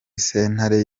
sentare